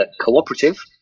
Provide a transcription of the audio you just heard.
cooperative